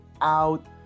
out